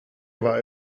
war